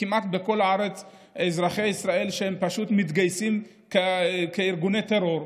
שכמעט בכל הארץ אזרחי ישראל פשוט מתגייסים כארגוני טרור,